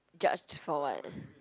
judged for [what]